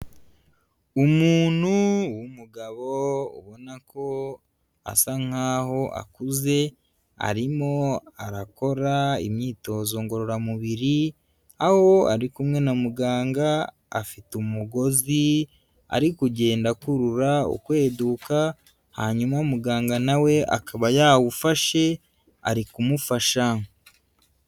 Umuntu w'umugabo ubona ko asa nkaho akuze, arimo arakora imyitozo ngororamubiri, aho ari kumwe na muganga afite umugozi ari kugenda akurura ukweduka, hanyuma muganga nawe akaba yawufashe, ari kumufasha.